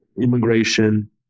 immigration